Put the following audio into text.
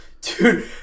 Dude